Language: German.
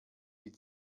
die